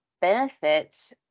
benefits